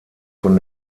von